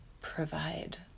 provide